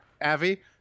Avi